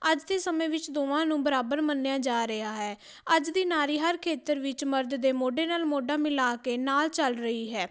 ਅੱਜ ਦੇ ਸਮੇਂ ਵਿੱਚ ਦੋਵਾਂ ਨੂੰ ਬਰਾਬਰ ਮੰਨਿਆ ਜਾ ਰਿਹਾ ਹੈ ਅੱਜ ਦੀ ਨਾਰੀ ਹਰ ਖੇਤਰ ਵਿੱਚ ਮਰਦ ਦੇ ਮੋਢੇ ਨਾਲ ਮੋਢਾ ਮਿਲਾ ਕੇ ਨਾਲ ਚੱਲ ਰਹੀ ਹੈ